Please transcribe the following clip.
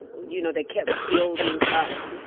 and you know, that kept building up.